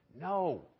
No